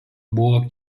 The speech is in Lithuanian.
buvo